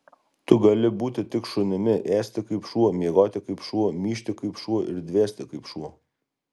tu gali būti tik šunimi ėsti kaip šuo miegoti kaip šuo myžti kaip šuo ir dvėsti kaip šuo